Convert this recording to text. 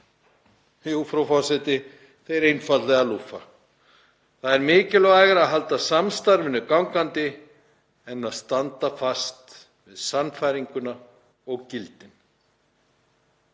Jú, frú forseti, þeir einfaldlega lúffa. Það er mikilvægara að halda samstarfinu gangandi en að standa fast við sannfæringu og gildi.